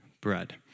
Bread